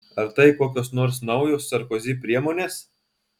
ar tai kokios nors naujos sarkozi priemonės